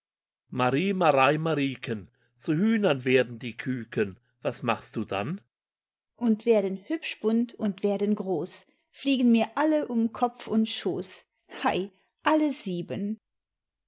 marie marei marieken zu hühnern werden die küken was machst du dann und werden hübsch bunt und werden groß fliegen mir alle um kopf und schoß hei alle sieben